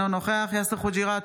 אינו נוכח יאסר חוג'יראת,